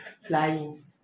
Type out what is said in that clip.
flying